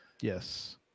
Yes